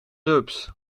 rups